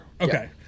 Okay